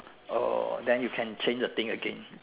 oh then you can change the thing again